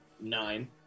Nine